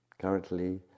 Currently